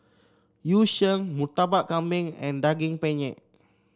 Yu Sheng Murtabak Kambing and Daging Penyet